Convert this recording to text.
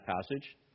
passage